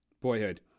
boyhood